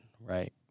right